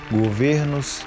governos